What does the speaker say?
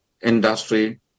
industry